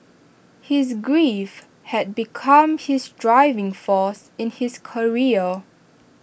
his grief had become his driving force in his career